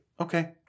okay